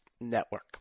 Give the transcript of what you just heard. Network